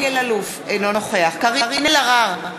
אינו נוכח קארין אלהרר,